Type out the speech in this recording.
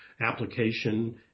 application